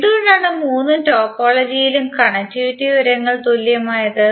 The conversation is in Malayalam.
എന്തുകൊണ്ടാണ് മൂന്ന് ടോപ്പോളജികളിലെയും കണക്റ്റിവിറ്റി വിവരങ്ങൾ തുല്യമായത്